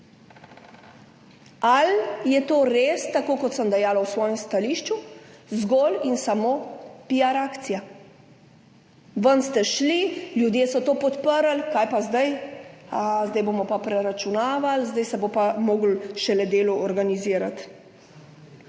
Ali je to res, tako kot sem dejala v svojem stališču, zgolj in samo piar akcija? Ven ste šli, ljudje so to podprli. Kaj pa zdaj? Zdaj bomo pa preračunavali, zdaj se bo pa šele moralo delo organizirati.